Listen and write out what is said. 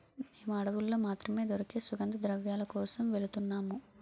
మేము అడవుల్లో మాత్రమే దొరికే సుగంధద్రవ్యాల కోసం వెలుతున్నాము